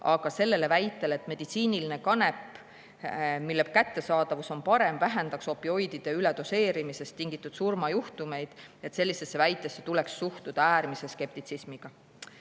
Aga sellesse väitesse, et meditsiiniline kanep, mille kättesaadavus on parem, vähendaks opioidide üledoseerimist tingitud surmajuhtumeid, tuleks suhtuda äärmise skeptitsismiga.